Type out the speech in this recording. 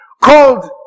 Called